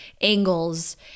angles